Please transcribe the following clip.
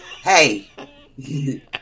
Hey